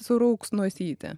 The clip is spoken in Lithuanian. surauks nosytę